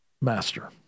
master